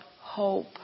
hope